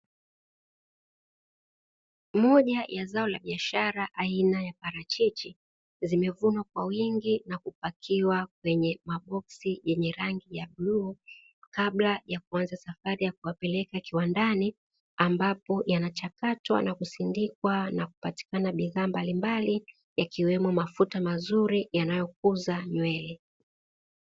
Moja ya zao la biashara aina ya parachichi zimevunwa kwa wingi na kupakiwa kwenye maboksi yenye rangi ya bluu kabla ya kuanza safari ya kuyapeleka kiwandani ambapo yanachakatwa na kusindikwa na kupatikana bidhaa mbalimbali yakiwemo mafuta mazuri yanayokuza nywele.